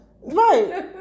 Right